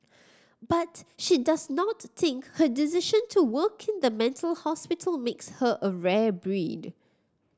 but she does not think her decision to work in the mental hospital makes her a rare breed